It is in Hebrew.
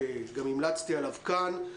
שגם המלצתי עליו כאן,